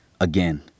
Again